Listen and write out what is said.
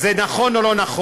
זה נכון או לא נכון.